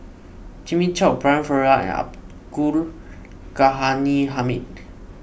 Jimmy Chok Brian Farrell Abdul Ghani Hamid